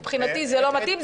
מבחינתי זה לא מתאים,